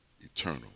eternal